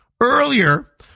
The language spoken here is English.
Earlier